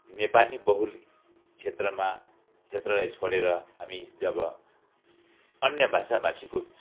नेपाली बहुल क्षेत्रमा क्षेत्र पढेर हामी जब अन्य भाषाभाषीको